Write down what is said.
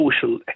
social